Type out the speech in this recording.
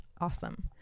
Awesome